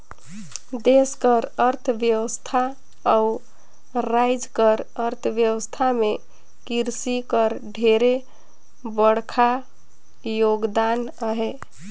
देस कर अर्थबेवस्था अउ राएज कर अर्थबेवस्था में किरसी कर ढेरे बड़खा योगदान अहे